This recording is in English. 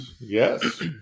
Yes